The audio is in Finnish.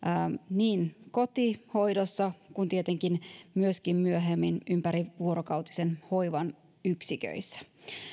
niin kotihoidossa kuin tietenkin myöhemmin myöskin ympärivuorokautisen hoivan yksiköissä